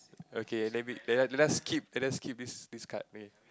okay maybe later let's keep let's keep this this card okay